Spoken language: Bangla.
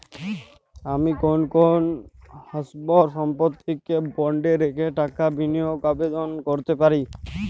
আমি কোন কোন স্থাবর সম্পত্তিকে বন্ডে রেখে টাকা বিনিয়োগের আবেদন করতে পারি?